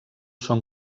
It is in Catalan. són